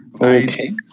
Okay